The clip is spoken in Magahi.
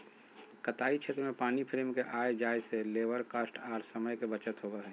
कताई क्षेत्र में पानी फ्रेम के आय जाय से लेबर कॉस्ट आर समय के बचत होबय हय